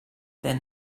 then